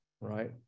right